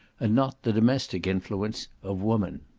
and not the domestic influence of woman.